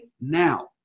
now